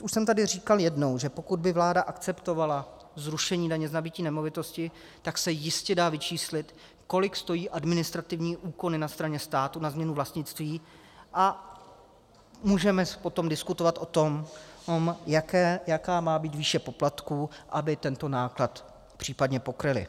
Už jsem tady říkal jednou, že pokud by vláda akceptovala zrušení daně z nabytí nemovitosti, tak se jistě dá vyčíslit, kolik stojí administrativní úkony na straně státu na změnu vlastnictví, a můžeme potom diskutovat o tom, jaká má být výše poplatků, aby tento náklad případně pokryly.